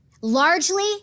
largely